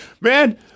man